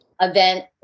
event